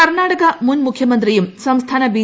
കർണ്ണാടക മുൻ മുഖ്യമന്ത്രിയും സംസ്ഥാന ബി